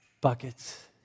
Buckets